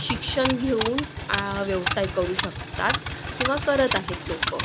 शिक्षण घेऊन व्यवसाय करू शकतात किंवा करत आहेत लोक